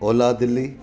ओलह दिल्ली